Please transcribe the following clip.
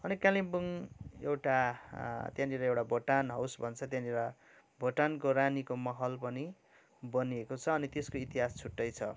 अनि कालिम्पोङ एउटा त्यहाँनिर एउटा भुटान हाउस भन्छ त्यहाँनिर भुटानको रानीको महल पनि बनिएको छ अनि त्यसको इतिहास छुट्टै छ